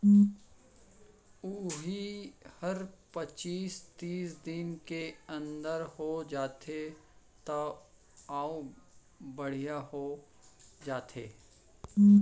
उही हर पचीस तीस दिन के अंदर हो जाथे त अउ बड़िहा हो जाथे